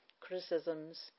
criticisms